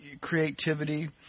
creativity